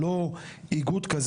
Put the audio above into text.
זה לא איזה איגוד עצמאי